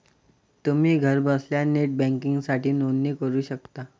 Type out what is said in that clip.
तुम्ही घरबसल्या नेट बँकिंगसाठी नोंदणी करू शकता